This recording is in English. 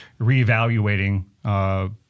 reevaluating